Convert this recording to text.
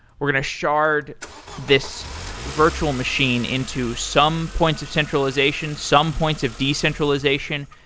we're going to shard this virtual machine into some points of centralization, some points of decentralization.